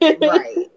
Right